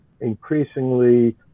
increasingly